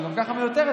שהיא גם ככה מיותרת,